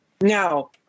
Now